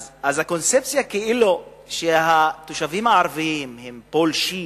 אז הקונספציה כאילו התושבים הערבים הם פולשים,